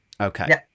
Okay